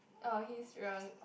oh he's drunk